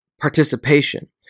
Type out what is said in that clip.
participation